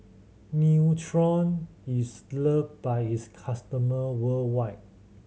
Nutren is loved by its customer worldwide